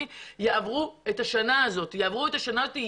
יעבור את השנה הזאת ויחיה.